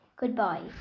Goodbye